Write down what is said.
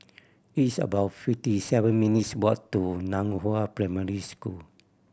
it's about fifty seven minutes' walk to Nan Hua Primary School